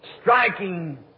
striking